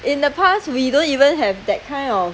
in the past we don't even have that kind of